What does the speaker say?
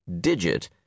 digit